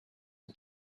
and